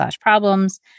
problems